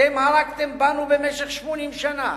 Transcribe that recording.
אתם הרגתם בנו במשך 80 שנה,